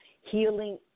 Healing